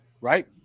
right